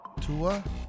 Tua